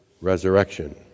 resurrection